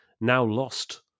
now-lost